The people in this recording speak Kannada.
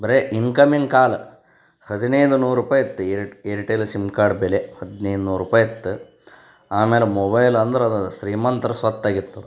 ಬರೀ ಇನ್ಕಮಿನ್ ಕಾಲ್ ಹದಿನೈದು ನೂರು ರೂಪಾಯ್ ಇತ್ತು ಏರ್ಟೇಲ್ ಸಿಮ್ ಕಾರ್ಡ್ ಬೆಲೆ ಹದಿನೈದು ನೂರು ರೂಪಾಯ್ ಇತ್ತು ಆಮೇಲೆ ಮೊಬೈಲ್ ಅಂದ್ರೆ ಅದು ಶ್ರೀಮಂತ್ರ ಸ್ವತ್ತಾಗಿತ್ತು